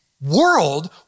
world